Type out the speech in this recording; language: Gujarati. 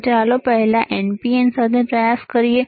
તો ચાલો પહેલા NPN સાથે પ્રયાસ કરીએ